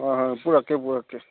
ꯍꯣꯏ ꯍꯣꯏ ꯍꯣꯏ ꯄꯨꯔꯛꯀꯦ ꯄꯨꯔꯛꯀꯦ